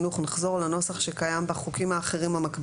נחזור על הנוסח שקיים בחוקים האחרים המקבילים,